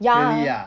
ya